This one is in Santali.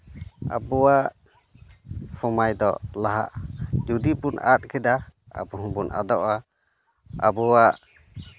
ᱟᱵᱚᱣᱟᱜ ᱥᱚᱢᱟᱡᱽ ᱫᱚ ᱞᱟᱦᱟᱜᱼᱟ ᱡᱩᱫᱤ ᱵᱚᱱ ᱟᱫ ᱠᱮᱫᱟ ᱟᱵᱚ ᱜᱚᱵ ᱟᱫᱚᱱᱚᱜᱼᱟ ᱟᱵᱚᱣᱟᱜ